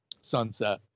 sunset